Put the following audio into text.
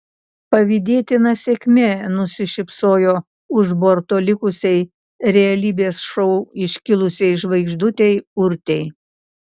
pavydėtina sėkmė nusišypsojo už borto likusiai realybės šou iškilusiai žvaigždutei urtei